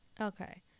Okay